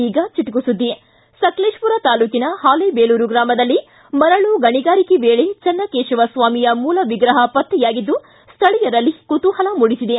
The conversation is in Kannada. ಈಗ ಚುಟುಕು ಸುದ್ದಿ ಸಕಲೇಶಪುರ ತಾಲೂಕಿನ ಹಾಲೇಬೇಲೂರು ಗ್ರಾಮದಲ್ಲಿ ಮರಳು ಗಣಿಗಾರಿಕೆ ವೇಳೆ ಚನ್ನಕೇಶವ ಸ್ವಾಮಿಯ ಮೂಲ ವಿಗ್ರಹ ಪತ್ತೆಯಾಗಿದ್ದು ಸ್ಥಳೀಯರಲ್ಲಿ ಕುತೂಹಲ ಮೂಡಿಸಿದೆ